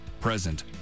present